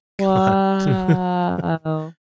Wow